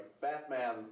Batman